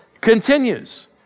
continues